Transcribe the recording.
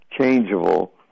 changeable